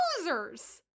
losers